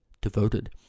devoted